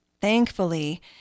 thankfully